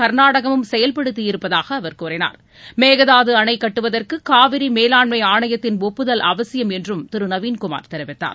கர்நாடகமும் செயல்படுத்தி இருப்பதாக அவர் கூறினார் மேகதாது அணை கட்டுவதற்கு காவிரி மேலாண்மை ஆணையத்தின் ஒப்புதல் அவசியம் என்றும் திரு நவீன்குமார் தெரிவித்தார்